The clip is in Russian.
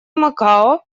макао